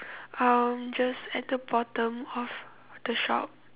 um just at the bottom of the shop